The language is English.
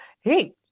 hey